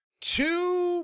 two